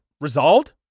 Resolved